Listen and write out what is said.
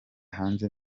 hanze